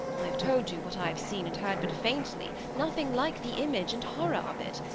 i have told you what i have seen and heard but faintly, nothing like the image and horror of it.